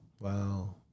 Wow